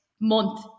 month